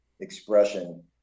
expression